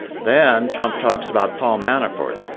then, trump talks about paul manafort.